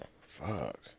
fuck